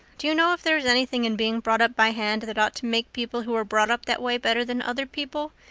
do you know if there is anything in being brought up by hand that ought to make people who are brought up that way better than other people?